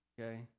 okay